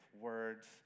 words